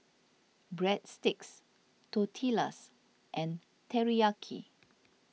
Breadsticks Tortillas and Teriyaki